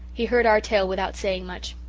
he heard our tale without saying much.